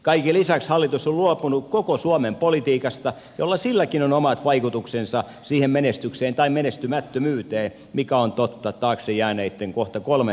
kaiken lisäksi hallitus on luopunut koko suomen politiikasta jolla silläkin on omat vaikutuksensa siihen menestykseen tai menestymättömyyteen mikä on totta taakse jääneiden kohta kolmen vuoden aikaan